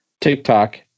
TikTok